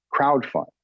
crowdfund